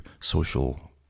social